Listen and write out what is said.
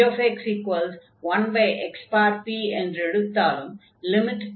gx 1xp என்றெடுத்தாலும் fxgx xn 1pex என்றாகும்